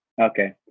Okay